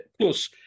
plus